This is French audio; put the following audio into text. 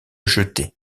jetée